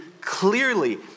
clearly